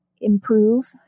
improve